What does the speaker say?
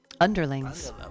underlings